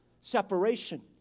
Separation